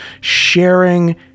sharing